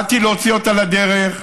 באתי להוציא אותה לדרך,